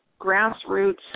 grassroots